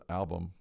album